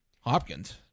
Hopkins